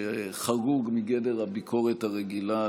שחרגו מגדר הביקורת הרגילה,